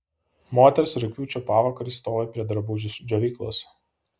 moteris rugpjūčio pavakarį stovi prie drabužių džiovyklos